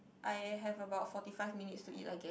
I have about forty five minutes to eat I guess